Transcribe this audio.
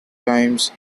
times